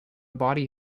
body